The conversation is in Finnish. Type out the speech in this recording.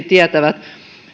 tietävät